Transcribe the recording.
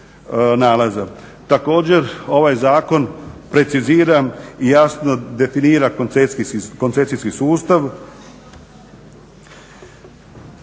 Također, ovaj zakon precizira i jasno definira koncesijski sustav.